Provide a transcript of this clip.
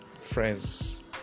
friends